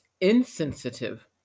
insensitive